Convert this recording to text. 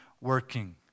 working